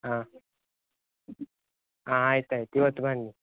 ಹಾಂ ಹಾಂ ಆಯ್ತು ಆಯ್ತು ಇವತ್ತು ಬನ್ನಿ